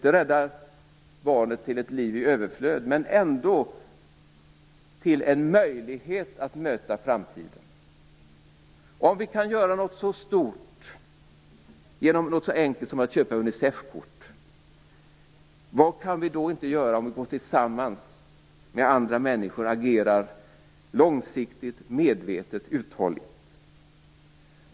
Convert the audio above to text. Du räddar inte barnet till ett liv i överflöd, men ändå till en möjlighet att möta framtiden. Om vi kan göra något så stort genom något så enkelt som att köpa Unicefkort, vad kan vi då inte göra om vi går tillsammans med andra människor och agerar långsiktigt, medvetet och uthålligt?